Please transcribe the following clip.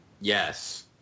Yes